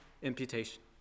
Imputation